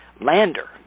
lander